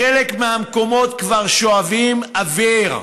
בחלק מהמקומות כבר שואבים אוויר.